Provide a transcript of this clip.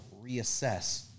reassess